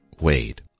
Wade